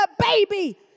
baby